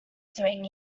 doing